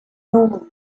normal